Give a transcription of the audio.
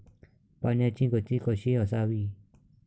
पाण्याची गती कशी असावी?